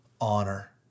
honor